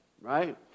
right